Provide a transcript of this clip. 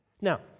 Now